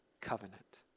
covenant